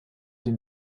den